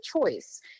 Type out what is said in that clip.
choice